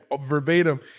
verbatim